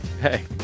Hey